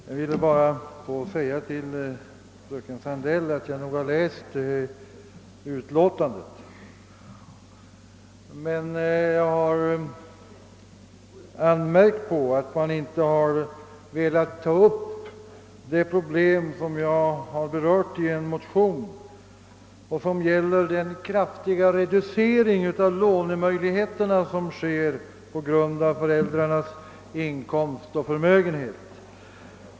Jag vill bara framhålla för fröken Sandell att jag läst utlåtandet, men jag har anmärkt på att man inte velat ta upp det problem som jag berört i min motion och som gäller den kraftiga reduceringen av lånemöjligheterna på grund av föräldrarnas inkomst och förmögenhet.